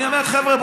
אני אומר: חבר'ה,